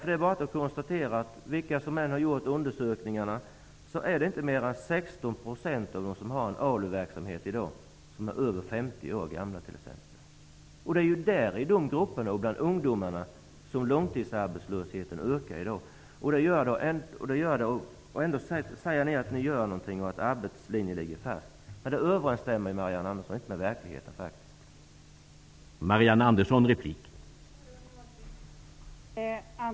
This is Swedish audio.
Det är bara att konstatera att vem som än har gjort undersökningarna så är det inte mer än 16 % av dem som har en ALU-verksamhet i dag som är över 50 år gamla. Det är i de grupperna och bland ungdomarna som långtidsarbetslösheten ökar i dag. Ändå säger ni att ni gör något och att arbetslinjen ligger fast. Det överensstämmer faktiskt inte med verkligheten, Marianne Andersson.